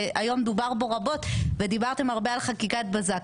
שהיום דובר בו רבות ודיברתם הרבה על חקיקת בזק.